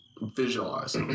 visualize